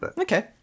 okay